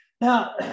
Now